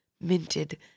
minted